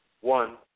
one